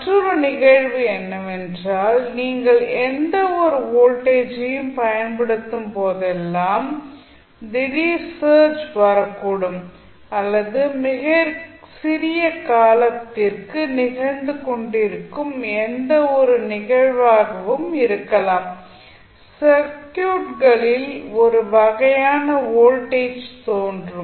மற்றொரு நிகழ்வு என்னவென்றால் நீங்கள் எந்தவொரு வோல்ட்டேஜையும் பயன்படுத்தும் போதெல்லாம் திடீர் சர்ஜ் வரக்கூடும் அல்லது மிகச் சிறிய காலத்திற்கு நிகழ்ந்து கொண்டிருக்கும் எந்த ஒரு நிகழ்வாகவும் இருக்கலாம் சர்க்யூட்களில் ஒரு வகையான வோல்டேஜ் தோன்றும்